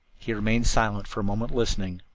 he remained silent for a moment listening,